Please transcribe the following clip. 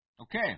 Okay